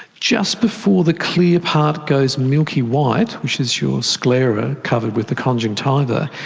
just before the clear part goes milky white, which is your sclera, covered with the conjunctiva,